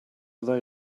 they